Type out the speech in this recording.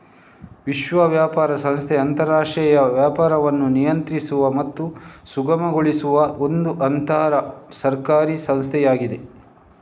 ವಿಶ್ವ ವ್ಯಾಪಾರ ಸಂಸ್ಥೆ ಅಂತರಾಷ್ಟ್ರೀಯ ವ್ಯಾಪಾರವನ್ನು ನಿಯಂತ್ರಿಸುವ ಮತ್ತು ಸುಗಮಗೊಳಿಸುವ ಒಂದು ಅಂತರ ಸರ್ಕಾರಿ ಸಂಸ್ಥೆಯಾಗಿದೆ